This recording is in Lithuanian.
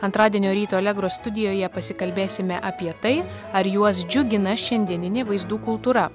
antradienio ryto allegro studijoje pasikalbėsime apie tai ar juos džiugina šiandieninė vaizdų kultūra